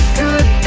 good